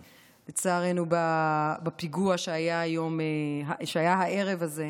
נדמה לי, לצערנו, בפיגוע שהיה היום, הערב הזה.